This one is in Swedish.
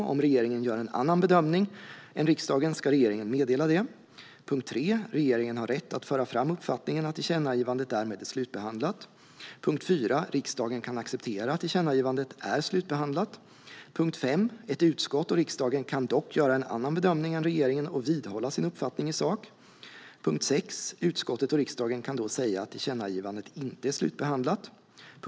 Om regeringen gör en annan bedömning än riksdagen ska regeringen meddela detta. Regeringen har rätt att föra fram uppfattningen att tillkännagivandet därmed är slutbehandlat. Riksdagen kan acceptera att tillkännagivandet är slutbehandlat. Ett utskott och riksdagen kan dock göra en annan bedömning än regeringen och vidhålla sin uppfattning i sak. Utskottet och riksdagen kan då säga att tillkännagivandet inte är slutbehandlat.